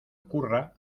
ocurra